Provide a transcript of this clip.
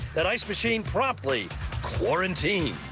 that ice machine promptly quarantined.